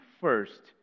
first